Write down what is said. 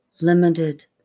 limited